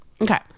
okay